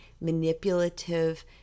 manipulative